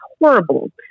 horrible